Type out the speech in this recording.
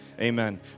Amen